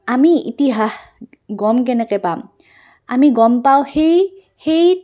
আমি ইতিহাস গম কেনেকৈ পাম আমি গম পাওঁ সেই সেই